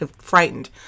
frightened